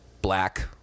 Black